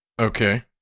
Okay